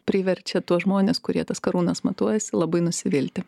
priverčia tuos žmones kurie tas karūnas matuojasi labai nusivilti